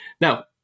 Now